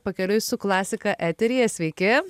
pakeliui su klasika eteryje sveiki